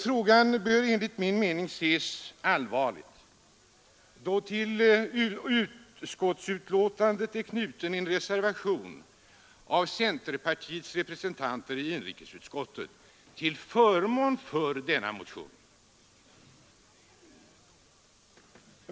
Frågan bör enligt min mening ses allvarligt, då till utskottsbetänkandet är knuten en reservation av centerpartiets representanter i inrikesutskottet till förmån för denna motion.